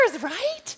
right